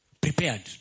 prepared